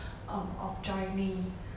um of joining